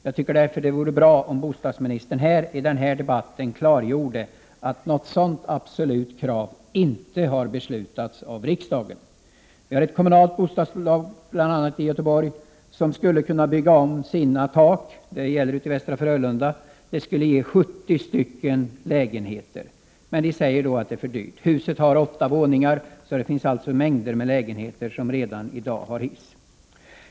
Jag tycker därför det vore bra om bostadsministern i debatten här idag klargjorde att något sådant absolut krav inte har fastställts av riksdagen. Ett kommunalt bostadsbolag i Göteborg kan bygga om sina platta tak i Västra Frölunda. Det skulle bli 70 ungdomsbostäder. Men krävs det hiss anser man att det blir för dyrt. Husen har redan i dag åtta våningar, så det finns alltså redan mängder av lägenheter som har hiss.